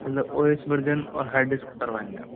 मतलब O S version और hard disk करवाएंगे आप